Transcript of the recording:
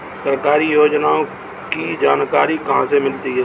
सरकारी योजनाओं की जानकारी कहाँ से मिलती है?